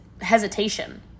hesitation